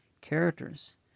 characters